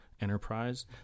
enterprise